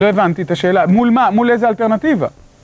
לא הבנתי את השאלה, מול מה? מול איזו אלטרנטיבה?